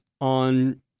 on